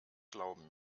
glauben